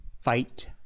Fight